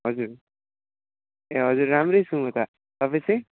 हजुर ए हजुर राम्रै छु म त तपाईँ चाहिँ